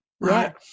right